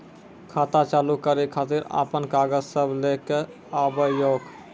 खाता चालू करै खातिर आपन कागज सब लै कऽ आबयोक?